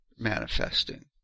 manifesting